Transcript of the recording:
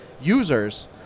users